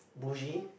bulgy